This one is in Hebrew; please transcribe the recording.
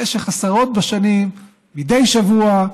במשך עשרות בשנים, מדי שבוע,